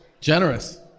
Generous